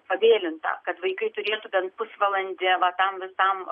pavėlinta kad vaikai turėtų bent pusvalandį va tam visam